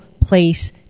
place